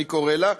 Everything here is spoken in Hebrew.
אני קורא לה,